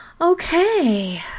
okay